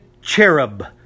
cherub